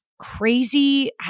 crazy